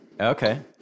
Okay